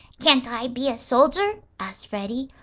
can't i be a soldier? asked freddie.